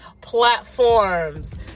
platforms